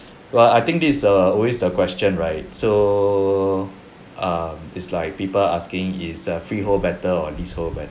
but I think this is a always a question right so um it's like people asking is a freehold better or lease hold better